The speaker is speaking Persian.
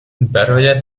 برایت